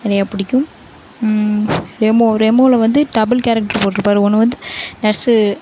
நிறையா பிடிக்கும் ரெமோ ரெமோவில் வந்து டபிள் கேரக்டர் போட்டிருப்பாரு ஒன்று வந்து நர்ஸு